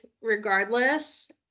regardless